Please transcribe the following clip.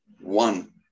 one